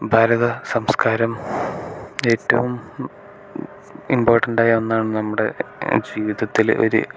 ഭാരത സംസ്കാരം ഏറ്റവും ഇമ്പോർട്ടന്റായ ഒന്നാണ് നമ്മുടെ ജീവിതത്തിൽ ഒരു